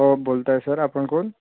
हो बोलतोय सर आपण कोण